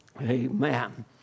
Amen